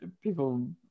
people